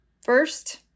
First